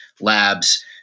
labs